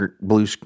blue